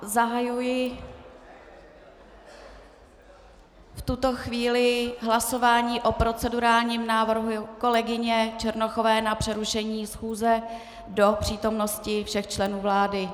Zahajuji v tuto chvíli hlasování o procedurálním návrhu kolegyně Černochové na přerušení schůze do přítomnosti všech členů vlády.